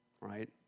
right